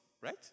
right